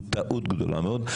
הוא טעות גדולה מאוד.